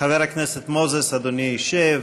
חבר הכנסת מוזס, אדוני ישב,